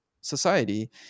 society